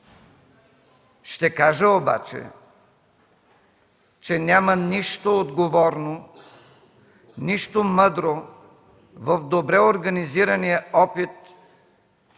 Ще кажа обаче, че няма нищо отговорно, нищо мъдро в добре организирания опит